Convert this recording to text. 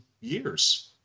years